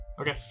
Okay